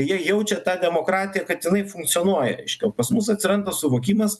jie jaučia tą demokratiją kad jinai funkcionuoja reiškia o pas mus atsiranda suvokimas